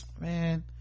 man